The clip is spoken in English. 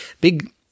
big